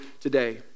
today